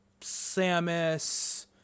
Samus